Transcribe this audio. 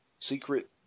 secret